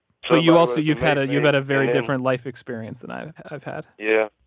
so you also you've had you've had a very different life experience than i've i've had yeah